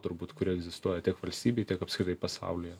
turbūt kuri egzistuoja tiek valstybėj tiek apskritai pasaulyje